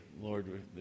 Lord